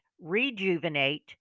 rejuvenate